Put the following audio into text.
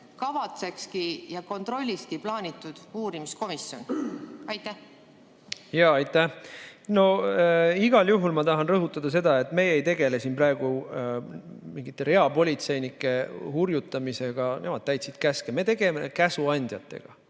järgimist kontrollikski plaanitud uurimiskomisjon. Aitäh! No igal juhul ma tahan rõhutada seda, et me ei tegele siin praegu mingite reapolitseinike hurjutamisega. Nemad täitsid käske. Me tegeleme käsuandjatega